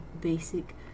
basic